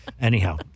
Anyhow